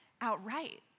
outright